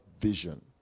vision